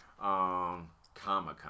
comic-con